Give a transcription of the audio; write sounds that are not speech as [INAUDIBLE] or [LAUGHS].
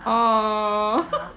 !aww! [LAUGHS]